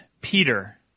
Peter